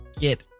get